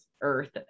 earth